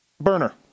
Burner